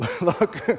Look